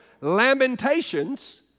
Lamentations